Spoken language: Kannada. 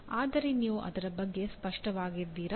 ಆದರೆ ನೀವು ಅದರ ಬಗ್ಗೆ ಸ್ಪಷ್ಟವಾಗಿದ್ದೀರಾ